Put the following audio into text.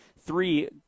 three